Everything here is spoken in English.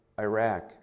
Iraq